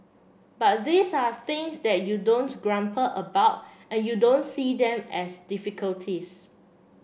but these are things that you don't grumble about and you don't see them as difficulties